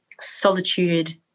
solitude